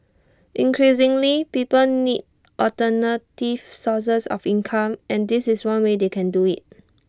increasingly people need alternative sources of income and this is one way they can do IT